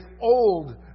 old